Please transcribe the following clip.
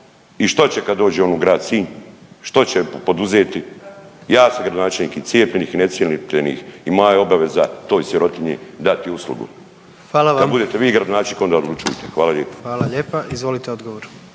I što će kad dođe on u grad Sinj, što će poduzeti, ja sam gradonačelnik i cijepljenih i necijepljenih i moja je obaveza toj sirotinji dati uslugu …/Upadica: Hvala vam./… kad budete vi gradonačelnik onda odlučujte. Hvala lijepa.